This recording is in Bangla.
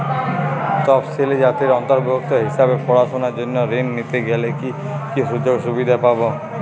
তফসিলি জাতির অন্তর্ভুক্ত হিসাবে পড়াশুনার জন্য ঋণ নিতে গেলে কী কী সুযোগ সুবিধে পাব?